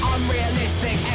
Unrealistic